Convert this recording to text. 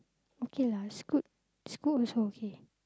okay lah school school also okay